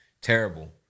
terrible